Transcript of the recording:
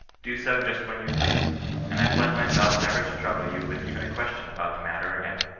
do so just when you please and i pledge myself never to trouble you with even a question about the matter again.